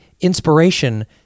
inspiration